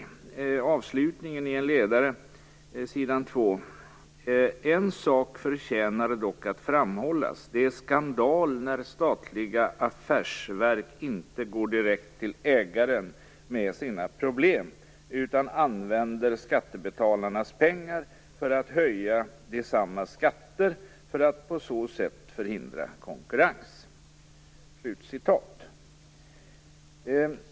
Det är avslutningen på en ledare på s. 2. "En sak förtjänar dock att framhållas. Det är skandal när statliga affärsverk inte går direkt till ägaren med sina problem utan använder skattebetalarnas pengar för att höja desammas skatter för att på så sätt förhindra konkurrens."